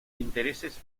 intereses